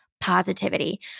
positivity